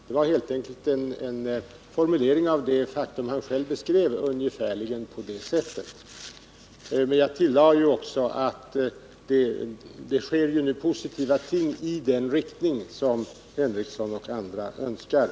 Det var helt enkelt en formulering av det faktum som Lars Henrikson själv beskrev ungefärligen på detta sätt. Men jag tillade ju att det nu sker positiva ting i den riktning som Lars Henrikson och andra önskar.